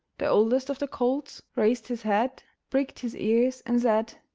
the oldest of the colts raised his head, pricked his ears, and said,